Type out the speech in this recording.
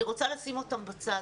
אני רוצה לשים אותן בצד.